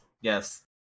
Yes